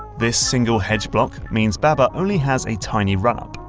this single hedge block means baba only has a tiny run-up.